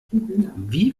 wie